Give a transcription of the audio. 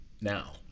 now